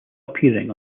appearing